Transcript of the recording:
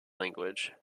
language